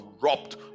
corrupt